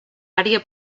àrea